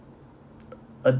a